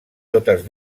totes